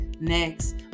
next